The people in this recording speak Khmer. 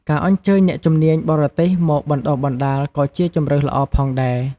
ការអញ្ជើញអ្នកជំនាញបរទេសមកបណ្តុះបណ្តាលក៏ជាជម្រើសល្អផងដែរ។